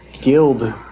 guild